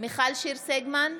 מיכל שיר סגמן,